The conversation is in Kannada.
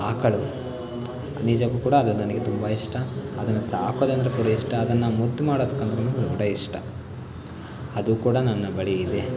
ಆಕಳು ನಿಜಕ್ಕೂ ಕೂಡ ಅದು ನನಗೆ ತುಂಬ ಇಷ್ಟ ಅದನ್ನು ಸಾಕೋದಂದ್ರೆ ಕೂಡ ಇಷ್ಟ ಅದನ್ನು ಮುದ್ದು ಮಾಡೋದಕ್ಕೆ ಅಂದರೂನು ಕೂಡ ಇಷ್ಟ ಅದು ಕೂಡ ನನ್ನ ಬಳಿ ಇದೆ